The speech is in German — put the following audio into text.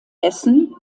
essen